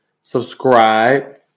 subscribe